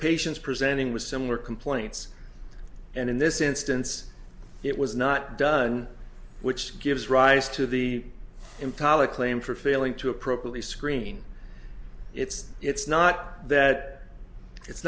patients presenting with similar complaints and in this instance it was not done which gives rise to the in college claim for failing to appropriately screen it's it's not that it's